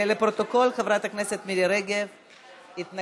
לפרוטוקול, גם חברת הכנסת מירי רגב התנגדה.